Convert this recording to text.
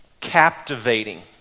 captivating